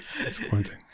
Disappointing